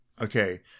Okay